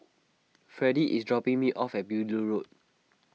Freddy is dropping me off at Beaulieu Road